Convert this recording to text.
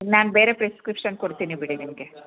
ನಾನು ಬೇರೆ ಪ್ರಿಸ್ಕ್ರಿಪ್ಷನ್ ಕೊಡ್ತೀನಿ ಬಿಡಿ ನಿಮಗೆ